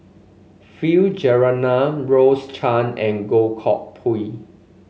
Philip Jeyaretnam Rose Chan and Goh Koh Pui